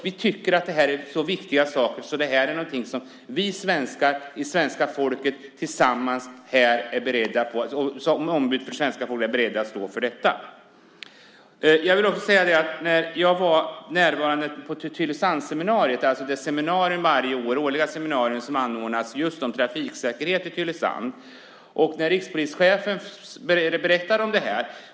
Vi tycker ju att det här är mycket viktiga saker som det svenska folket och vi som ombud för svenska folket tillsammans är beredda att stå för. Jag var närvarande på Tylösandsseminariet - det årliga seminarium i Tylösand som anordnas just om trafiksäkerhet. Rikspolischefen berättade då om det här.